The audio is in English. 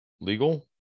legal